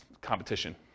competition